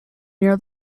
near